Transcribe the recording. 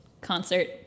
concert